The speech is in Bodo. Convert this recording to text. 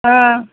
ओ